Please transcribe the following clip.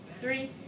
three